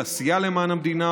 עשייה למען המדינה,